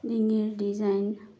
ডিঙিৰ ডিজাইন